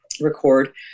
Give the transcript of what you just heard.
record